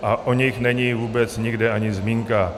A o nich není vůbec nikde ani zmínka.